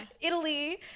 Italy